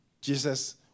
jesus